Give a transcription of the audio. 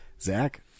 Zach